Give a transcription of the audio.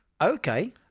Okay